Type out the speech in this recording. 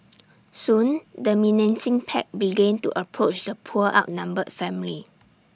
soon the menacing pack began to approach the poor outnumbered family